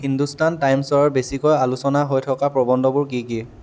হিন্দুস্তান টাইম্ছৰ বেছিকৈ আলোচনা হৈ থকা প্ৰবন্ধবোৰ কি কি